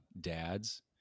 dads